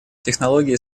технологии